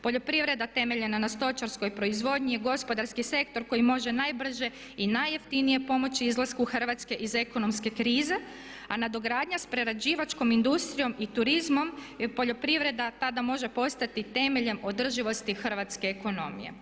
Poljoprivreda temeljena na stočarskoj proizvodnji je gospodarski sektor koji može najbrže i najjeftinije pomoći izlasku Hrvatske iz ekonomske krize, a nadogradnja sa prerađivačkom industrijom i turizmom jer poljoprivreda tada može postati temeljem održivosti hrvatske ekonomije.